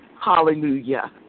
Hallelujah